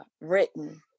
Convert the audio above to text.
written